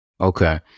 Okay